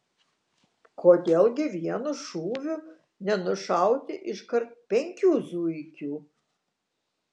kodėl gi vienu šūviu nenušauti iškart penkių zuikių